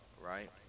right